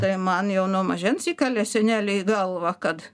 tai man jau nuo mažens įkalė senelė į galvą kad